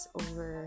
over